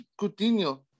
coutinho